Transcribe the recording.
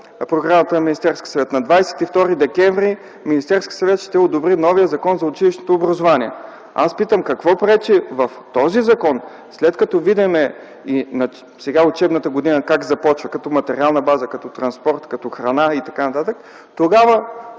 на програмата на Министерския съвет – на 22 декември Министерският съвет ще одобри новия Закон за училищното образование. Аз питам: какво пречи в този закон, след като видим как започва сега учебната година като материална база, като транспорт, като храна и т.н., тогава,